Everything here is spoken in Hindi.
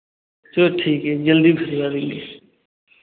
चलो ठीक है जल्दी भिजवा देंगे